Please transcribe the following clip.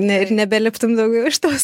ne ir nebeliptum daugiau iš tos